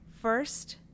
first